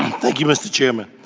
thank you, mr. chairman